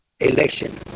election